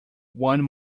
one